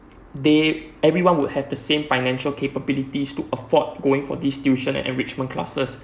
they everyone would have the same financial capabilities to afford going for these tuition and enrichment classes